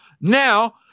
now